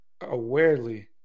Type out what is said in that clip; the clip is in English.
awarely